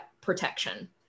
protection